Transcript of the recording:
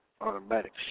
automatic